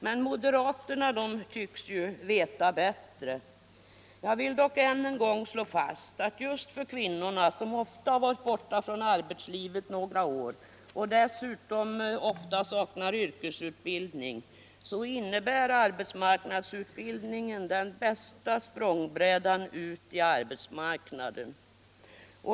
Men moderaterna tycks ju veta bättre, Jag vill dock än en gång slå fast att just för kvinnorna, som ofta varit borta från arbetsmarknaden några år och dessutom ofta saknar yrkesutbildning, innebär arbetsmarknadsutbildningen den bästa språngbrädan ut i arbetsmarknaden.